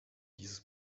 dieses